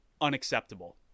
unacceptable